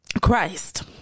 christ